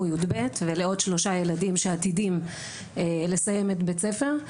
י"ב ולעוד שלושה ילדים שעתידים לסיים את בית הספר,